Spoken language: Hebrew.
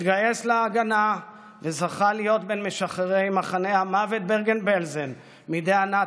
התגייס להגנה וזכה להיות בין משחררי מחנה המוות ברגן בלזן מידי הנאצים,